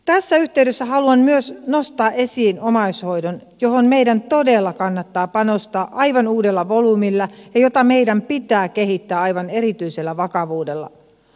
tässä yhteydessä haluan nostaa esiin myös omaishoidon johon meidän todella kannattaa panostaa aivan uudella volyymilla ja jota meidän pitää kehittää aivan erityisellä vakavuudella